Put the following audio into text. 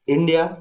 India